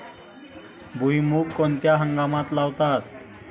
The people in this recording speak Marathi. भुईमूग कोणत्या हंगामात लावतात?